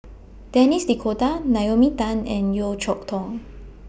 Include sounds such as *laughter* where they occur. *noise* Denis D'Cotta Naomi Tan and Yeo Cheow Tong *noise*